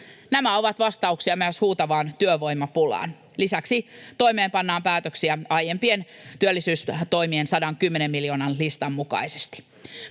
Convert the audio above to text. Nämä ovat vastauksia myös huutavaan työvoimapulaan. Lisäksi toimeenpannaan päätöksiä aiempien työllisyystoimien 110 miljoonan listan mukaisesti.